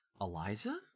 Eliza